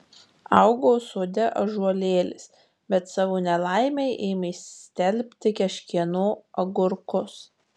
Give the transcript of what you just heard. augo sode ąžuolėlis bet savo nelaimei ėmė stelbti kažkieno agurkus